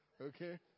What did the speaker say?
okay